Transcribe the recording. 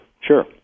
sure